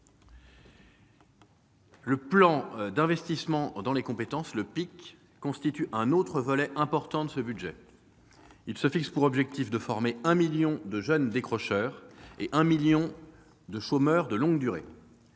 Le plan d'investissement dans les compétences (PIC) constitue un autre volet important de ce budget. Il se fixe pour objectif de former 1 million de jeunes décrocheurs et 1 million de chômeurs de longue durée,